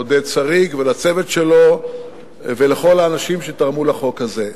לעודד שריג ולצוות שלו ולכל האנשים שתרמו לחוק הזה.